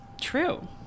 True